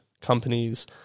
companies